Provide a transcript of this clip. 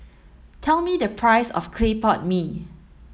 tell me the price of Clay Pot Mee